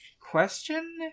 question